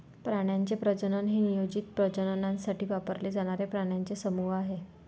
प्राण्यांचे प्रजनन हे नियोजित प्रजननासाठी वापरले जाणारे प्राण्यांचे समूह आहे